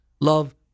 love